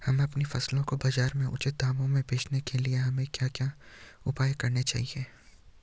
हमें अपनी फसल को बाज़ार में उचित दामों में बेचने के लिए हमें क्या क्या उपाय करने चाहिए?